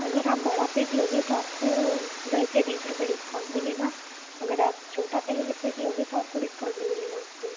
अगर आप बड़ा पेक लोगे तो आपको दस या बीस रुपए डिस्काउंट मिलेगा अगर आप छोटा फ़ेमिली पेक लोगे तो आपको डिस्काउंट नहीं मिलेगा उसपे